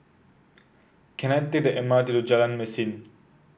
can I take the M R T to Jalan Mesin